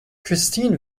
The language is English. christine